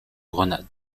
grenade